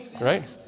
Right